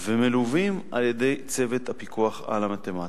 ומלווים על-ידי צוות הפיקוח על המתמטיקה.